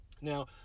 Now